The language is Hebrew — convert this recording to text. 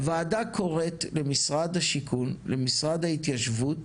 הוועדה קוראת למשרד השיכון, למשרד ההתיישבות